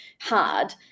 hard